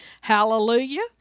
Hallelujah